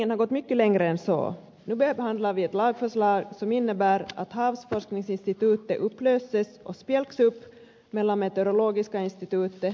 nu behandlar vi ett lagförslag som innebär att havsforskningsinstitutet upplöses och spjälks upp mellan meteorologiska institutet och finlands miljöcentral